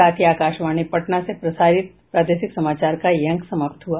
इसके साथ ही आकाशवाणी पटना से प्रसारित प्रादेशिक समाचार का ये अंक समाप्त हुआ